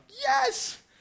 yes